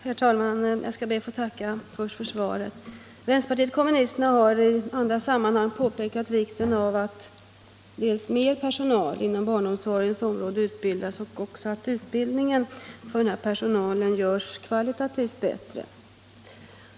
Herr talman! Jag ber först att få tacka för svaret. Vänsterpartiet kommunisterna har i andra sammanhang påpekat vikten av att mer personal inom barnomsorgsområdet utbildas och att utbildningen för denna personal görs kvalitativt bättre.